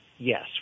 Yes